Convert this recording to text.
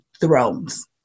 Thrones